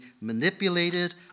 manipulated